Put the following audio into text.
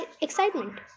excitement